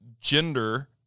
gender